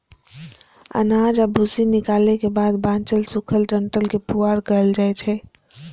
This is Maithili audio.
अनाज आ भूसी निकालै के बाद बांचल सूखल डंठल कें पुआर कहल जाइ छै